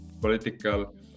political